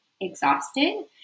exhausted